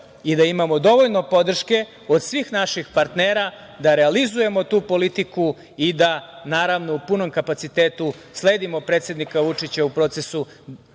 i da imamo dovoljno podrške od svih naših partnera da realizujemo tu politiku i da, naravno, u punom kapacitetu sledimo predsednika Vučića u procesu